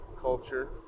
culture